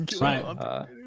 Right